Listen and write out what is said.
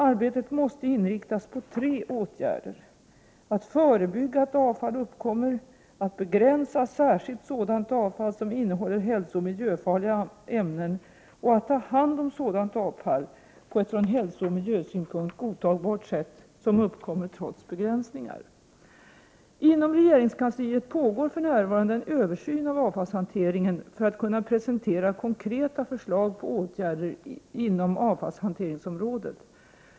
Arbetet måste inriktas på tre åtgärder: att förebygga att avfall uppkommer, att begränsa särskilt sådant avfall som innehåller hälsooch miljöfarliga ämnen och att ta hand om sådant avfall på ett från hälsooch miljösynpunkt godtagbart sätt, som uppkommer trots begränsningar. Inom regeringskansliet pågår för närvarande en översyn av avfallshanteringen för att kunna presentera konkreta förslag på åtgärder inom avfallshanteringsområdet.